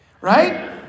Right